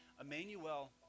Emmanuel